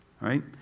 right